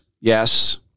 yes